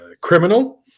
criminal